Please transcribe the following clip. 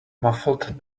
muffled